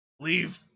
Leave